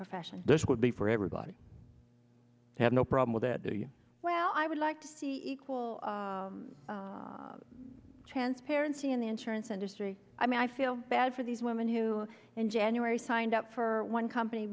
profession this would be for everybody to have no problem with that well i would like to see equal transparency in the insurance industry i mean i feel bad for these women who in january signed up for one company